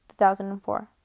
2004